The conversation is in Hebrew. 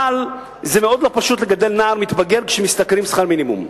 אבל זה מאוד לא פשוט לגדל נער מתבגר כשמשתכרים שכר מינימום.